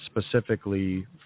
specifically